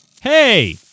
Hey